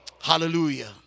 hallelujah